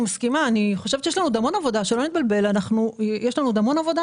אני חושבת שיש לנו עוד המון עבודה.